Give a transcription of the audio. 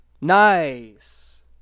Nice